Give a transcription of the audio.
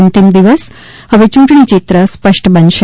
અંતિમ દિવસ હવે ચૂંટણીચિત્ર સ્પષ્ટ બનશે